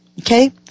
Okay